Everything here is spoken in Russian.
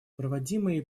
проводимые